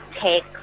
take